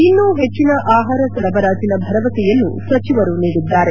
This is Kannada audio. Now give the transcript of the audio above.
ಇನ್ನೂ ಹೆಚ್ಚಿನ ಆಹಾರ ಸರಬರಾಜಿನ ಭರವಸೆಯನ್ನು ಸಚಿವರು ನೀಡಿದ್ದಾರೆ